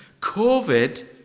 Covid